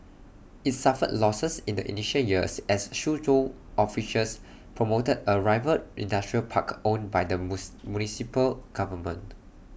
IT suffered losses in the initial years as Suzhou officials promoted A rival industrial park owned by the municipal government